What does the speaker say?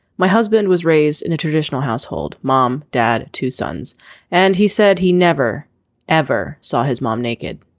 my husband was raised in a traditional household mom dad two sons and he said he never ever saw his mom naked.